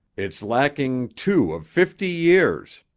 it's lacking two of fifty years.